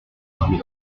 étang